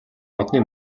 модны